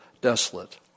desolate